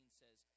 says